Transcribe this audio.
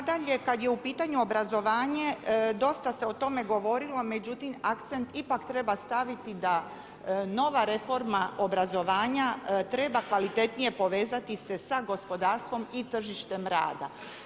Nadalje kad je u pitanju obrazovanje dosta se o tome govorilo, međutim akcent ipak treba staviti da nova reforma obrazovanja treba kvalitetnije povezati se sa gospodarstvom i tržištem rada.